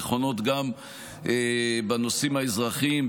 נכונות גם בנושאים האזרחיים,